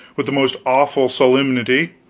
with the most awful solemnity